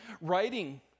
writing